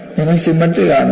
നിങ്ങൾ സിമട്രി കാണുന്നു